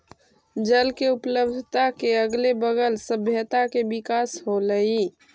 जल के उपलब्धता के अगले बगल सभ्यता के विकास होलइ